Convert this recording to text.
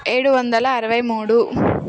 ఏడు వందల అరవై మూడు